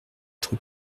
être